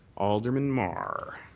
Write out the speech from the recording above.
alderman mar.